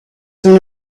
soon